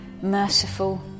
merciful